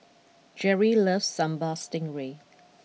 Jerri loves Sambal Stingray